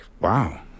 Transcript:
Wow